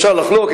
אפשר לחלוק,